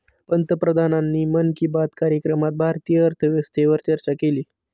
पंतप्रधानांनी मन की बात कार्यक्रमात भारतीय अर्थव्यवस्थेवर चर्चा केली